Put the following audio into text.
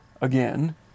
again